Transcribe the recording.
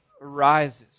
arises